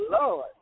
Lord